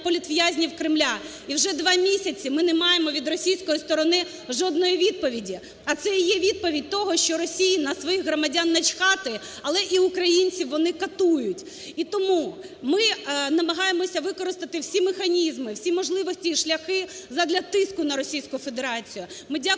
політв'язнів Кремля. І вже два місяці ми не маємо від російської сторони жодної відповіді, а це є відповідь того, що Росії на своїх громадян начхати, але і українців вони катують. І тому ми намагаємося використати всі механізми, всі можливості і шляхи задля тиску на Російську Федерацію.